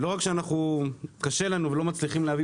לא רק שקשה לנו ואנחנו לא מצליחים להביא